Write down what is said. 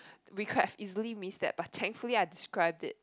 we could have easily missed that but thankfully I described it